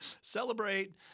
celebrate